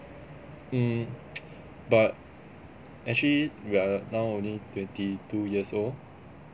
mm but actually we are now only twenty two years old